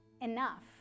enough